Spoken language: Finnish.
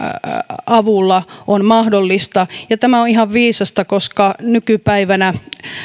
avulla on mahdollista ja tämä on ihan viisasta koska nykypäivänä